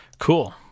cool